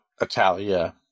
Italia